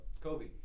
Kobe